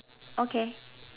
okay